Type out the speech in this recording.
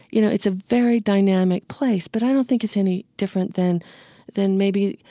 you know, it's a very dynamic place. but i don't think it's any different than than maybe,